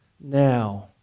now